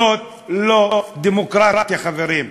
זאת לא דמוקרטיה, חברים.